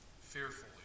fearfully